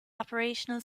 operational